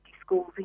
schools